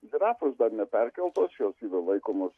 žirafos dar neperkeltos jos yra laikomos